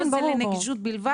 פה זה לנגישות בלבד.